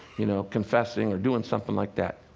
you know, confessing or doing something like that.